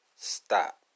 Stop